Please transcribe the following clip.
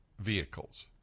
vehicles